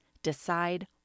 Decide